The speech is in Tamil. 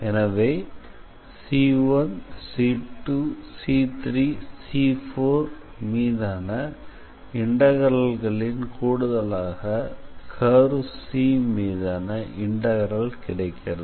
எனவே C1C2C3C4மீதான இன்டெக்ரல்களின் கூடுதலாக கர்வ் C மீதான இன்டெக்ரல் கிடைக்கிறது